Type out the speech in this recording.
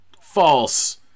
False